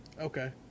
Okay